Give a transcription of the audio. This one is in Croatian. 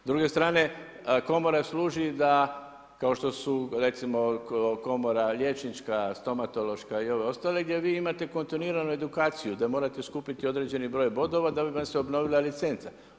S druge strane komora služi da kao što su recimo Komora liječnička, stomatološka i ova ostale gdje vi imate kontinuirano edukaciju, da morate skupiti određeni broj bodova da bi vam se obnovila licenca.